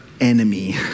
enemy